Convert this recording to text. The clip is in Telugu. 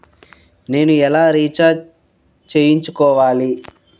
నేను ఎలా రీఛార్జ్ చేయించుకోవాలి?